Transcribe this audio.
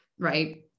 right